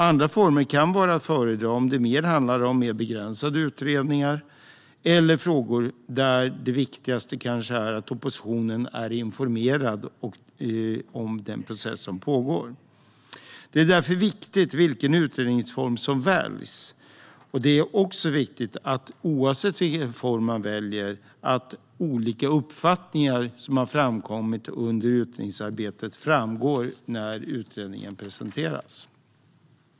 Andra former kan vara att föredra om det handlar om mer begränsade utredningar eller om frågor där det viktigaste kanske är att oppositionen är informerad om den process som pågår. Det är därför viktigt vilken utredningsform som väljs, och oavsett vilken form man väljer är det viktigt att olika uppfattningar som har framkommit under utredningsarbetet framgår när utredningen presenteras.